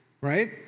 right